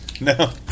no